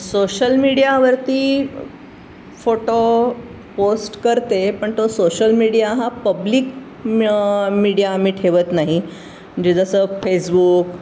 social मीडियावरती photo post करते पण तो सोशल मीडिया हा पब्लिक म मीडिया आम्ही ठेवत नाही म्हणजे जसं फेसबुक